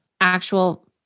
actual